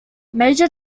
major